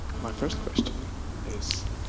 my first question is,